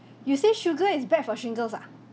you say sugar is bad for shingles ah